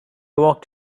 walked